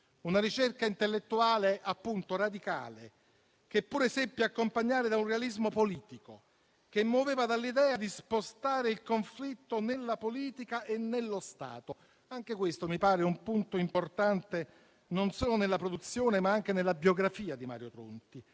una ricerca intellettuale, appunto radicale, che pure seppe accompagnare a un realismo politico, che muoveva dall'idea di spostare il conflitto nella politica e nello Stato. Anche questo mi pare un punto importante non solo nella produzione, ma anche nella biografia di Mario Tronti.